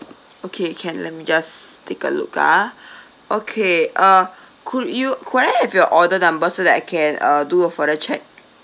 okay can let me just take a look ah okay uh could you could I have your order number so that I can uh do a further check